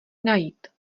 najít